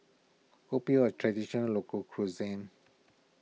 Kopi O a Traditional Local Cuisine